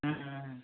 ம் ம்